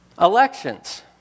elections